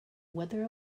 wither